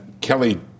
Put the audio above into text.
Kelly